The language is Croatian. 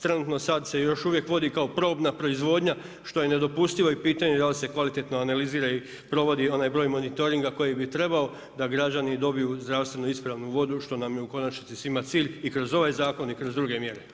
Trenutno sad se još uvijek vodi kao probna proizvodnja što je nedopustivo i pitanje da li se kvalitetno analizira i provodi onaj broj monitoringa koji bi trebao da građani dobiju zdravstvenu ispravnu vodu što nam je u konačnici svima cilj i kroz ovaj zakon i kroz druge mjere.